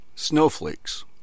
snowflakes